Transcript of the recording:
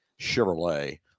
Chevrolet